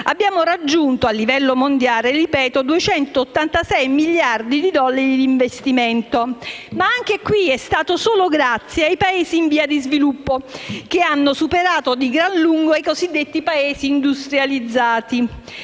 Abbiamo raggiunto a livello mondiale 286 miliardi di dollari di investimento, ma è stato solo grazie ai Paesi in via di sviluppo che hanno superato di gran lunga i cosiddetti Paesi industrializzati.